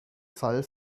fall